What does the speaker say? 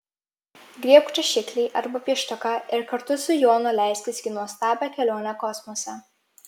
griebk rašiklį arba pieštuką ir kartu su jonu leiskis į nuostabią kelionę kosmose